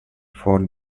for